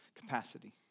capacity